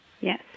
Yes